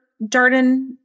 Darden